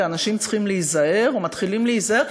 ואנשים צריכים להיזהר ומתחילים להיזהר.